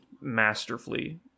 masterfully